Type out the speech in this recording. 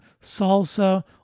salsa